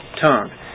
tongue